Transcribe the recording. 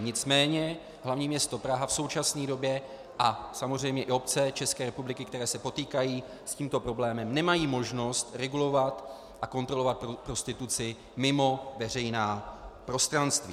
Nicméně hlavní město Praha v současné době a samozřejmě i obce České republiky, které se potýkají s tímto problémem, nemají možnost regulovat a kontrolovat prostituci mimo veřejná prostranství.